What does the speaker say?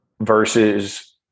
versus